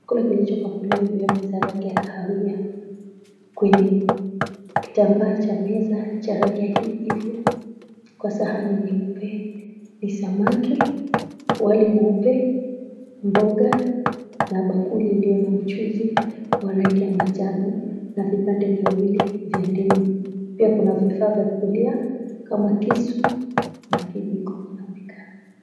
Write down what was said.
Chakula kilichopakiliwa juu ya meza ya rangi ya kahawia, kwenye kitambaa cha meza cha rangi ya kijivu, kwa sahani nyeupe, ni samaki, wali mweupe, mboga, na bakuli iliyo na mchuzi wa rangi ya manjano, na vipande viwili vya ndimu. Pia kuna vifaa vya kukulia kama kisu na kijiko vinaonekana.